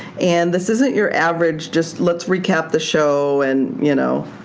and this isn't your average just, let's recap the show and, you know,